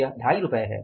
यह 25 है